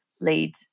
lead